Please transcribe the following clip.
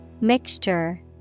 Mixture